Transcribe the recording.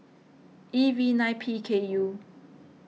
E V nine P K U